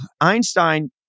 Einstein